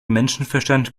menschenverstand